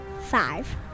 Five